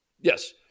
Yes